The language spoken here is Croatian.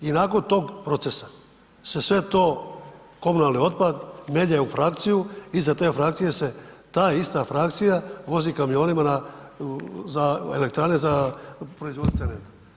I nakon tog procesa se sve to, komunalni otpad melje u frakciju i iza te frakcije se ta ista frakcija vozi kamionima za elektrane za proizvodnju cementa.